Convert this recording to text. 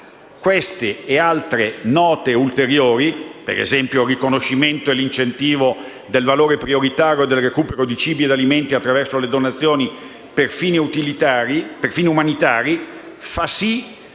Queste ed altre note ulteriori, ad esempio il riconoscimento e l'incentivo del valore prioritario del recupero di cibi ed alimenti attraverso le donazioni per fini umanitari, fa sì che